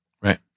Right